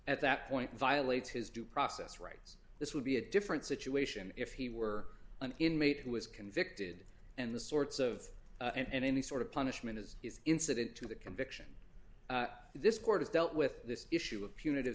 at that point violates his due process rights this would be a different situation if he were an inmate who was convicted and the sorts of and any sort of punishment as is incident to the conviction this court has dealt with this issue of punit